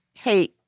Hey